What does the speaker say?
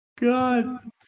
god